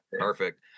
perfect